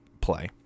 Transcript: play